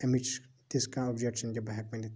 اَمِچ تِژھ کانٛہہ اوٚبجکشَن کہِ بہٕ ہیٚکہٕ ؤنِتھ